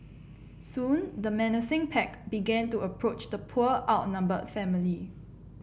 soon the menacing pack began to approach the poor outnumbered family